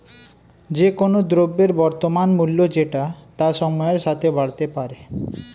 যে কোন দ্রব্যের বর্তমান মূল্য যেটা তা সময়ের সাথে বাড়তে পারে